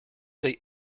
they